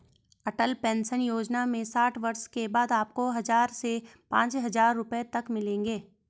अटल pension Yojana में साठ वर्ष के बाद आपको हज़ार से पांच हज़ार रुपए तक मिलेंगे